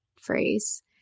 phrase